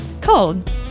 Cold